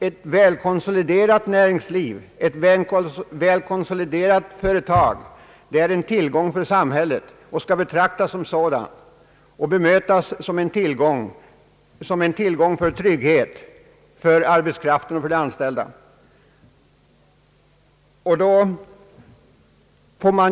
Ett väl konsoliderat näringsliv, ett väl konsoliderat företag är en tillgång och skall betraktas och bemötas som en tillgång till trygghet för arbete och för de anställda.